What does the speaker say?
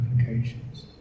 applications